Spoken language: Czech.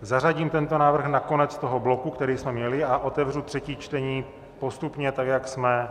Zařadím tento návrh na konec toho bloku, který jsme měli, a otevřu třetí čtení postupně tak, jak jsme...